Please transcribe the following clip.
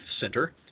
center